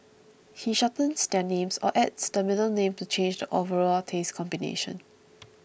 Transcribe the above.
he shortens their names or adds the middle name to change the overall taste combination